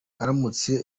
aramutse